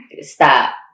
Stop